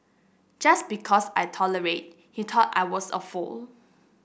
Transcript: just because I tolerated he thought I was a fool